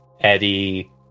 Eddie